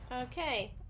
Okay